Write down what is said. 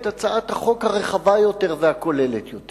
הצעת החוק הרחבה יותר והכוללת יותר,